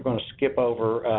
um and skip over